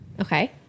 Okay